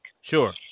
Sure